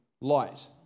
light